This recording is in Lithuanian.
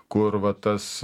kur va tas